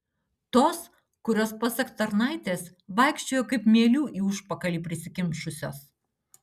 tos kurios pasak tarnaitės vaikščiojo kaip mielių į užpakalį prisikimšusios